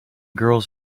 girls